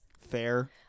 Fair